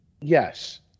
Yes